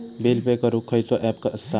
Bill pay करूक खैचो app असा?